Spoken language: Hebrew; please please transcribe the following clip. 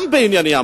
גם בענייני המים,